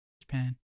Japan